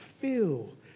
feel